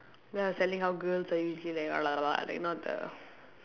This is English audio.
then I was telling how girls are usually like like you know the